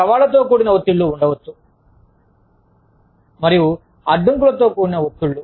సవాళ్ళతో కూడిన ఒత్తిడి ఉండవచ్చు మరియుఅడ్డంకుల తో కూడిన ఒత్తిళ్ళు